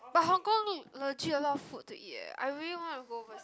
but Hong-Kong look legit a lot of food to eat eh I really wanna go over